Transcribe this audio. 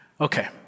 Okay